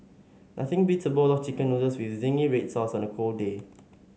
nothing beats a bowl of chicken noodles with zingy red sauce on a cold day